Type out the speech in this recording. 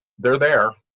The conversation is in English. they're there.